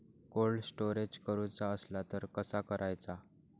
Cold storage करूचा असला तर कसा करायचा?